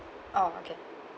oh okay